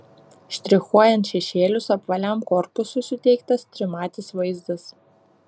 štrichuojant šešėlius apvaliam korpusui suteiktas trimatis vaizdas